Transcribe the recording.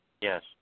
Yes